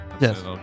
Yes